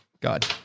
God